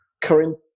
current